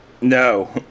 no